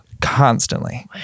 constantly